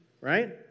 right